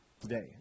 today